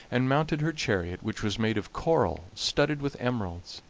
and mounted her chariot, which was made of coral studded with emeralds,